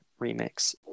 remix